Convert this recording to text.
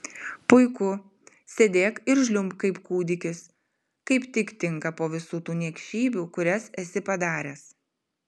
puiku sėdėk ir žliumbk kaip kūdikis kaip tik tinka po visų tų niekšybių kurias esi padaręs